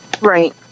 Right